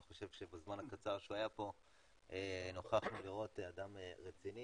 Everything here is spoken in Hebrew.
אני חושב שבזמן הקצר שהוא היה פה נוכחנו לראות אדם רציני,